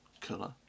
color